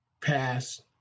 passed